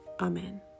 Amen